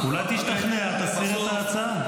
אולי תשתכנע ותסיר את ההצעה.